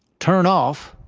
turn off,